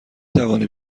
توانی